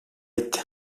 etti